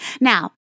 Now